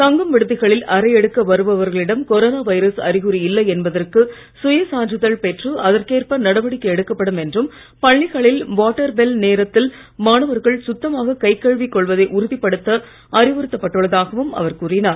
தங்கும் விடுதிகளில் அறை எடுக்க வருபவர்களிடம் கொரோனா வைரஸ் அறிகுறி இல்லை என்பதற்கு சுய சான்றிதழ் பெற்று அதற்கேற்ப நடவடிக்கை எடுக்கப்படும் என்றும் பள்ளிகளில் வாட்டர் பெல் நேரத்தில் மாணவர்கள் சுத்தமாக கை கழுவி கொள்வதை உறுதிப்படுத்த அறிவுறுத்தப் பட்டுள்ளதாகவும் அவர் கூறியுள்ளார்